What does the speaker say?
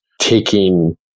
taking